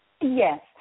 Yes